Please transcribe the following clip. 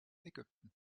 ägypten